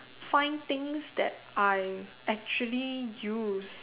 find things that I actually use